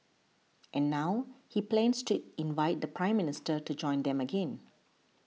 and now he plans to invite the Prime Minister to join them again